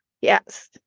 Yes